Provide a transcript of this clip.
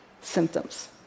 symptoms